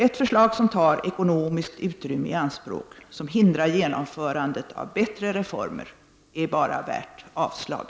Ett förslag som tar ekonomiskt utrymme i anspråk och som hindrar genomförandet av bättre reformer är bara värt avslag.